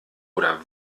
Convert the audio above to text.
oder